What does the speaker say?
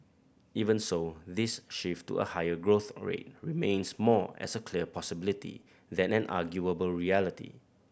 even so this shift to a higher growth rate remains more as a clear possibility than an unarguable reality